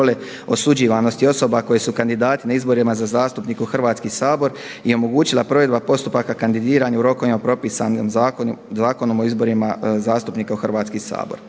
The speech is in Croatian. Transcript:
kontrole osuđivanosti osoba koji su kandidati na izborima za zastupnike u Hrvatski sabori i omogućila provedba postupaka kandidiranja u rokovima propisanim Zakonom o izborima zastupnika u Hrvatski sabor.